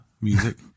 music